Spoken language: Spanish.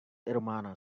hermana